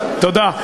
תודה.